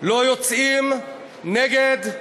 לא יוצאים נגד,